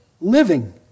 living